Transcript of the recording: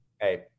Hey